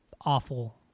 awful